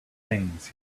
things